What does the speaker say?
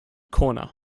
corner